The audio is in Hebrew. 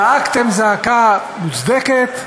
זעקתם זעקה מוצדקת,